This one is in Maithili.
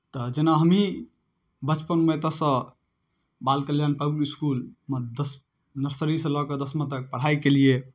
तऽ जेना हमहीँ बचपनमे एतयसँ बाल कल्याण पब्लिक इस्कुलमे नस नर्सरीसँ लऽ कऽ दसमा तक पढ़ाइ केलियै